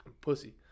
pussy